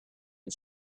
and